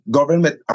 government